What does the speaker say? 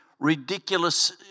ridiculous